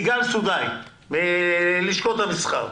נעבור לסיגל סודאי מאיגוד לשכות המסחר.